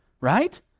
right